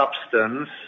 substance